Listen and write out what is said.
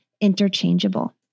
interchangeable